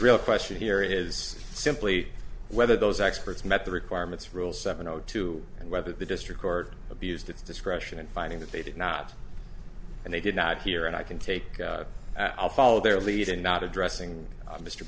real question here is simply whether those experts met the requirements rule seven o two and whether the district court abused its discretion in finding that they did not and they did not hear and i can take i'll follow their lead and not addressing mr